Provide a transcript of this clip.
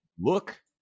look